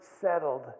settled